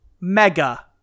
Mega